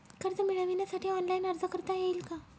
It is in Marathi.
कर्ज मिळविण्यासाठी ऑनलाइन अर्ज करता येईल का?